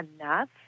enough